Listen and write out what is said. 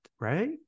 right